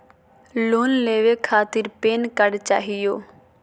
Loan लेवे खातीर PAN card चाहियो?